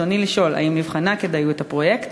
ברצוני לשאול: 1. האם נבחנה כדאיות הפרויקט?